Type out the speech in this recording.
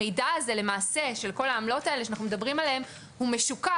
המידע הזה למעשה של כל העמלות האלה שאנחנו מדברים עליהם הוא משוקף.